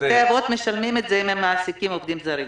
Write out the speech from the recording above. בתי אבות משלמים את זה אם הם מעסיקים עובדים זרים.